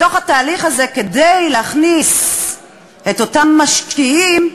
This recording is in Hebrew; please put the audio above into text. בתוך התהליך הזה, כדי להכניס את אותם משקיעים,